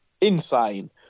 insane